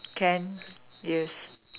can yes